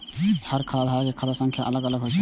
हर खाता धारक के खाता संख्या अलग अलग होइ छै